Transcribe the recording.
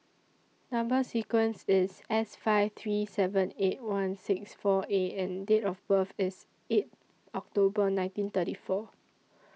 Number sequence IS S five three seven eight one six four A and Date of birth IS eight October nineteen thirty four